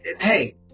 hey